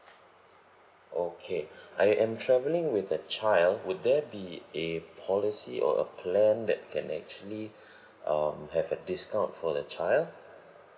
okay I am travelling with a child would there be a policy or a plan that can actually um have a discount for the child